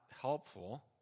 helpful